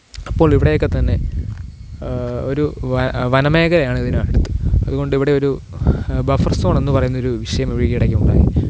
അപ്പോള് ഇവിടെയെക്കെത്തന്നെ ഒരു വനമേഖലയാണ് ഇതിനടുത്ത് അതുകൊണ്ട് ഇവിടെ ഒരു ബഫര് സോൺ എന്ന് പറയുന്ന ഒരു വിഷയം ഇവിടെ ഈയിടയ്ക്ക് ഉണ്ടായി